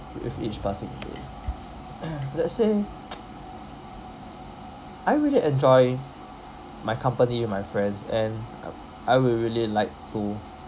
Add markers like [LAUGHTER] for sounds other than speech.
with each passing days [NOISE] let's say [NOISE] I really enjoy my company with my friends and um I will really like to